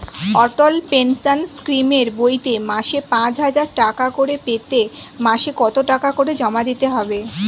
অটল pension স্কিমের বইতে মাসে পাঁচ হাজার টাকা করে পেতে মাসে কত টাকা করে জমা দিতে হবে?